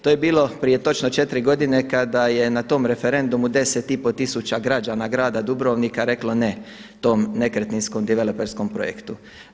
To je bilo prije točno 4 godine kada je na tom referendumu 10 i pol tisuća građana grada Dubrovnika reklo „ne“ tom nekretninskom developerskom projektu.